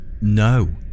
No